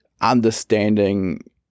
understanding